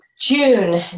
June